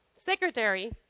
secretary